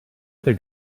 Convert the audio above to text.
other